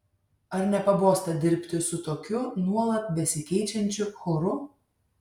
ar nepabosta dirbti su tokiu nuolat besikeičiančiu choru